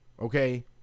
Okay